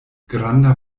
granda